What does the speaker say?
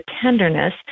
tenderness